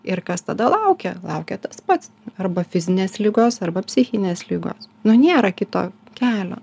ir kas tada laukia laukia tas pats arba fizinės ligos arba psichinės ligos nu niera kito kelio